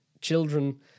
children